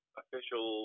official